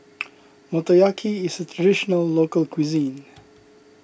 Motoyaki is a Traditional Local Cuisine